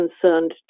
concerned